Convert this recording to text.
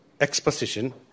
exposition